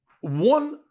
one